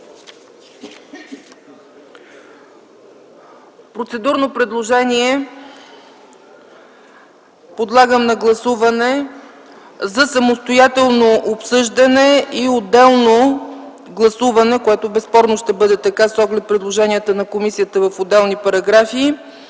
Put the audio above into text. процедурното предложение за самостоятелно обсъждане и отделно гласуване – което безспорно ще бъде така с оглед предложенията на комисията в отделни параграфи,